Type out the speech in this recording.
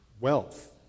wealth